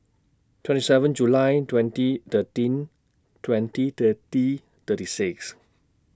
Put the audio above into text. twenty seven July twenty thirteen twenty thirty thirty six